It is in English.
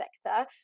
sector